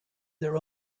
their